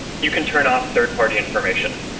you can turn off third party information.